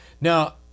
Now